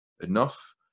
enough